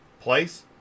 place